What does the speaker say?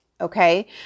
Okay